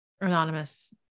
Anonymous